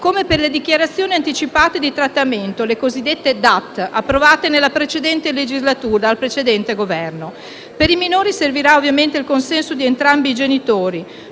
2017 sulle dichiarazioni anticipate di trattamento (DAT), approvate nella precedente legislatura, dal precedente Governo. Per i minori servirà ovviamente il consenso di entrambi i genitori.